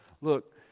Look